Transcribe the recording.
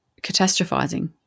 Catastrophizing